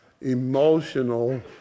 emotional